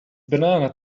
banana